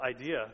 idea